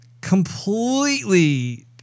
completely